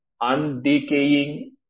undecaying